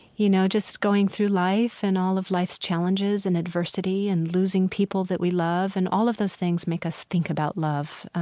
you know, just going through life and all of life's challenges and adversity and losing people that we love and all of those things make us think about love.